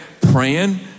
praying